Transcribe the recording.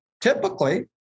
Typically